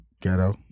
Ghetto